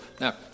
now